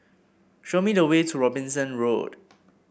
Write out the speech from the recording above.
show me the way to Robinson Road